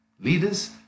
leaders